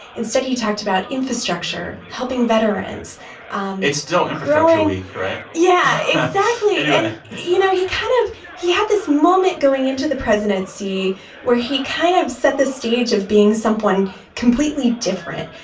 instead he talked about infrastructure, helping veterans it's still infrastructure week, right? yeah exactly. anyway you know, he kind of he had this moment going into the presidency where he kind of set the stage of being someone completely different.